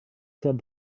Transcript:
said